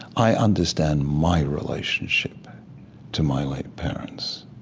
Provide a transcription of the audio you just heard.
i understand my relationship to my late parents,